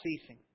ceasing